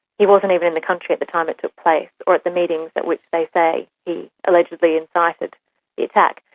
he wasn't even in the country at the time it took place, or at the meetings at which they say he allegedly incited the attack,